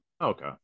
Okay